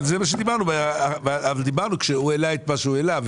נכון, זה מה שדיברנו כשהוא העלה את מה שהוא העלה.